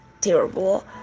terrible